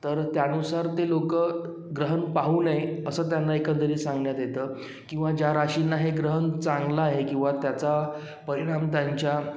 तर त्यानुसार ते लोक ग्रहण पाहू नये असं त्यांना एकंदरीत सांगण्यात येतं किंवा ज्या राशींना हे ग्रहण चांगलं आहे किंवा त्याचा परिणाम त्यांच्या